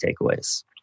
takeaways